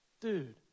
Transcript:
dude